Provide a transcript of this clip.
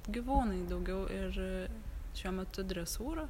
gyvūnai daugiau ir šiuo metu dresūra